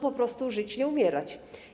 Po prostu żyć nie umierać.